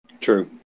True